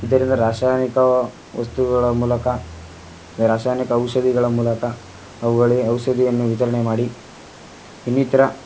ಇದರಿಂದ ರಾಸಾಯನಿಕ ವಸ್ತುಗಳ ಮೂಲಕ ರಾಸಾಯನಿಕ ಔಷಧಿಗಳ ಮೂಲಕ ಅವುಗಳಿಗೆ ಔಷಧಿಯನ್ನು ವಿತರಣೆ ಮಾಡಿ ಇನ್ನಿತರ